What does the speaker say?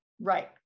right